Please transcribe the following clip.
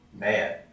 Man